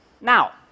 Now